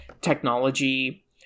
technology